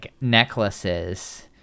necklaces